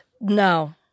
No